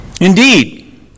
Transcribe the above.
Indeed